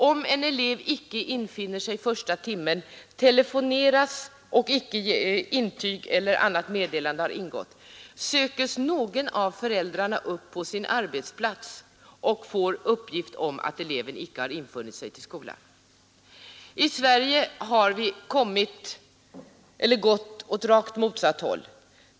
Om en elev icke infinner sig till första timmen och om icke intyg eller annat meddelande om frånvaron har ingått, telefoneras och sökes någon av föräldrarna upp på sin arbetsplats och får uppgift om att eleven inte har infunnit sig i skolan. I Sverige har vi gått åt rakt motsatt håll.